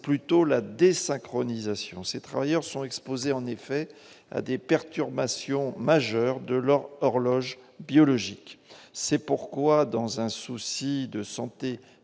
plutôt la des synchronisation ces travailleurs sont exposés en effet à des perturbations majeures de leur horloge biologique, c'est pourquoi, dans un souci de santé